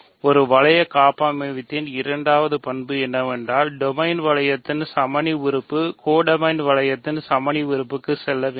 ஒரு வளைய காப்பமைவியத்தின் இரண்டாவது பண்பு என்னவென்றால் டொமைன் வளையத்தின் சமணி உறுப்பு கோடமைன் வளையத்தின் சமணி உறுப்புக்கு செல்ல வேண்டும்